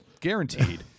guaranteed